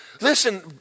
Listen